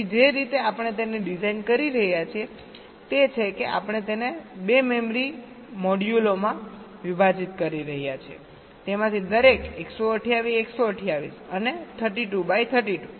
તેથી જે રીતે આપણે તેને ડિઝાઇન કરી રહ્યા છીએ તે છે કે આપણે તેને 2 મેમરી મોડ્યુલોમાં વિભાજીત કરી રહ્યા છીએ તેમાંથી દરેક 128 128 અને 32 બાય 32